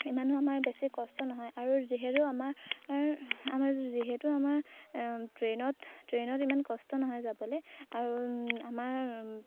ইমানো আমাৰ বেছি কষ্ট নহয় আৰু যিহেতু আমাৰ আমাৰ যিহেতু আমাৰ ট্ৰেইনত ট্ৰেইনত ইমান কষ্ট নহয় যাবলৈ আৰু আমাৰ